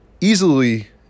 easily